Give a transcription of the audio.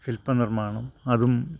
ശില്പനിർമ്മാണം അതും